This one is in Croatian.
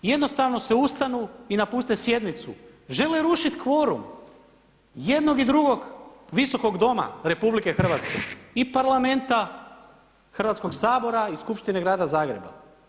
Jednostavno se ustanu i napuste sjednicu, žele rušiti kvorum jednog i drugog Visokog doma RH, i Parlamenta, Hrvatskoga sabora i Skupštine Grada Zagreba.